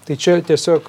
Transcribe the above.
tai čia tiesiog